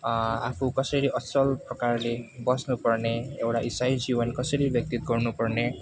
आफू कसरी असल प्रकारले बस्नुपर्ने एउटा इसाई जीवन कसरी व्यतित गर्नुपर्ने